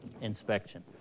inspection